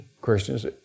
Christians